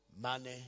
money